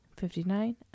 fifty-nine